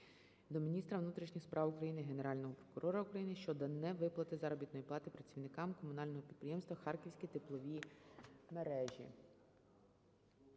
до міністра внутрішніх справ України, Генерального прокурора України щодо невиплати заробітної плати працівникам Комунального підприємства "Харківські теплові мережі".